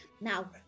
now